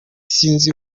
sinzi